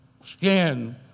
skin